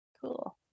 cool